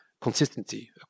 consistency